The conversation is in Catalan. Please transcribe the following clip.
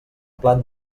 plat